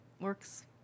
works